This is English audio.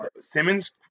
Simmons